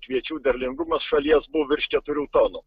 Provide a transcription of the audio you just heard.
kviečių derlingumas šalies buvo virš keturių tonų